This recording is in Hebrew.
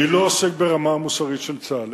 אני לא עוסק ברמה המוסרית של צה"ל.